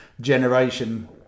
generation